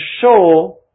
show